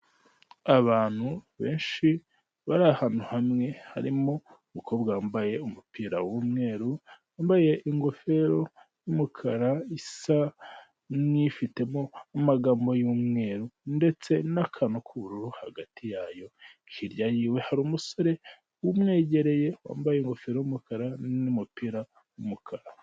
Abantu benshi bari ahantu hamwe harimo umukobwa wambaye umupira w'umweru, wambaye ingofero y'umukara isa n'ifitemo amagambo y'umweru ndetse n'akantu k'ubururu hagati yayo, hirya yiwe hari umusore umwegereye wambaye ingofero y'umukara n'umupira w'umukara.